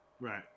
Right